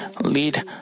lead